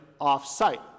off-site